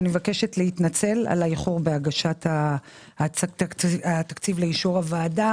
אני מבקשת להתנצל על האיחור בהגשת התקציב לאישור הוועדה.